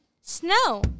Snow